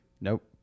Nope